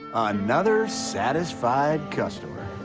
another satisfied customer.